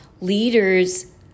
Leaders